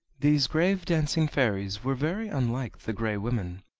these grave dancing fairies were very unlike the grey women,